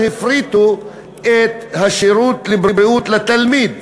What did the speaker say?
הפריטו את שירות הבריאות לתלמיד.